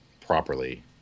properly